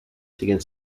siguen